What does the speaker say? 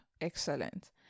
excellent